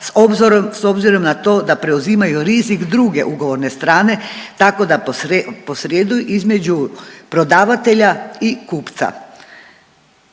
s obzirom na to da preuzimaju rizik druge ugovorne strane, tako da posreduju između prodavatelja i kupca